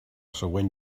següent